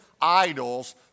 idols